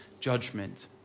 judgment